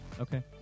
Okay